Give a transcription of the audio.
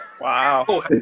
wow